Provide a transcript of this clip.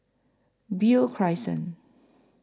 Beo Crescent